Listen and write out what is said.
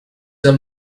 the